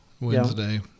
Wednesday